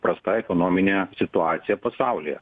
prasta ekonominė situacija pasaulyje